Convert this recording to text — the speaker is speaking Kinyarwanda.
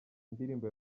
indirimbo